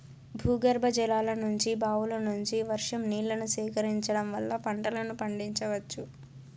భూగర్భజలాల నుంచి, బావుల నుంచి, వర్షం నీళ్ళను సేకరించడం వల్ల పంటలను పండించవచ్చు